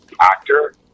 actor